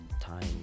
time